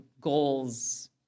goals